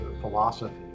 philosophy